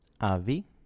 Avi